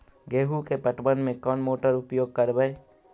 गेंहू के पटवन में कौन मोटर उपयोग करवय?